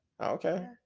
okay